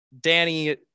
Danny